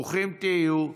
ברוכים תהיו.